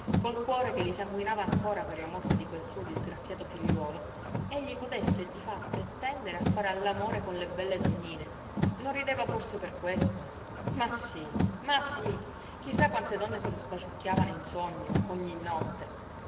col cuore che gli sanguinava ancora per la morte di quel suo disgraziato figliuolo egli potesse difatti attendere a fare all'amore con le belle donnine non rideva forse per questo ma sì ma sì chi sa quante donne se lo sbaciucchiavano in sogno ogni notte